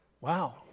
wow